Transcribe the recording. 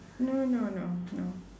no no no no